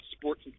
sports